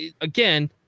again